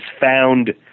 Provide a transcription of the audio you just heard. found